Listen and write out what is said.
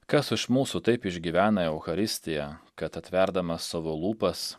kas iš mūsų taip išgyvena eucharistiją kad atverdamas savo lūpas